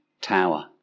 tower